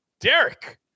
Derek